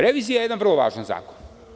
Revizija je jedan vrlo važan zakon.